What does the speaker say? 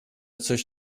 coś